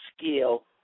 scale